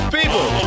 People